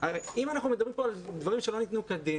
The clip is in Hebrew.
אם אנחנו מדברים כאן על דברים שלא ניתנו כדין,